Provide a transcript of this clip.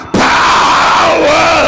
power